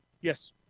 Yes